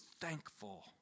thankful